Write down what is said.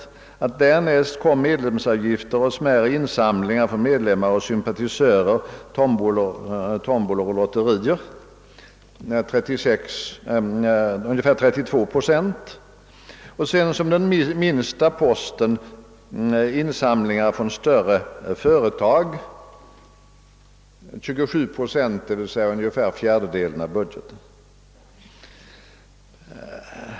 Därnäst kom, framgår det av vår redovisning, medlemsavgifter, smärre in samlingar bland sympatisörer, tombolor och lotterier med ungefär 32 procent och sedan, som den minsta posten, insamlingar från medelstora och större företag med 27 procent, d. v. s. ungefär fjärdedelen av budgeten.